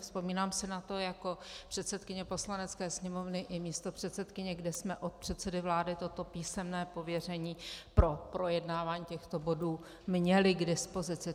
Vzpomínám si na to jako předsedkyně Poslanecké sněmovny i místopředsedkyně, kdy jsme od předsedy vlády toto písemné pověření pro projednávání těchto bodů měli k dispozici.